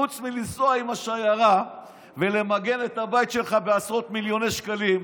חוץ מלנסוע עם השיירה ולמגן את הבית שלך בעשרות מיליוני שקלים,